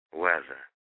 weather